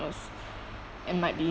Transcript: I was it might be